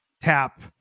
tap